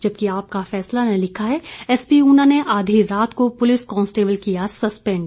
जबकि आपका फैसला ने लिखा है एसपी उना ने आधी रात को पुलिस कांस्टेबल किया सस्पेंड